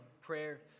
prayer